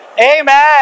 Amen